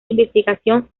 investigación